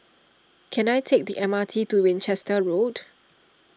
can I take the M R T to Winchester Road